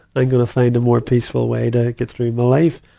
i'm gonna find a more peaceful way to get through my life.